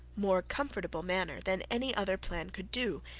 more comfortable manner, than any other plan could do,